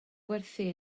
gwerthu